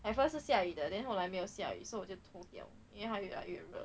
at first 是下雨的 then 后来没有下雨 so 我就脱掉因为他越来越热